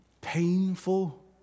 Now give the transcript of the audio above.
painful